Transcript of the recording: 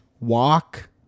walk